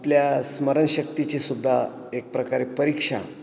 आपल्या स्मरणशक्तीची सुद्धा एक प्रकारे परीक्षा